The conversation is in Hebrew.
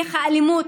שיח האלימות,